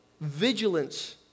vigilance